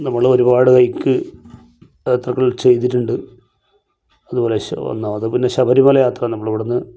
നമ്മൾ ഒരുപാട് ഹൈക്ക് യാത്രകൾ ചെയ്തിട്ടുണ്ട് അതുപോലെ ശ് ഒന്നാമത് പിന്നെ ശബരിമല യാത്ര നമ്മളിവിടുന്ന്